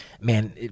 man